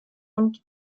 und